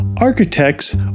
Architects